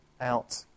out